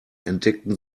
entdeckten